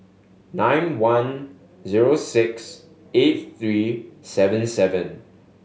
nine one zero six eight three seven seven